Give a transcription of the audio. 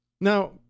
Now